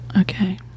Okay